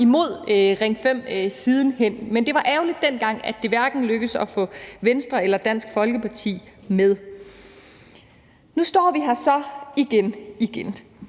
imod Ring 5 siden hen. Men det var ærgerligt, at det dengang hverken lykkedes at få Venstre eller Dansk Folkeparti med. Nu står vi her så igen igen.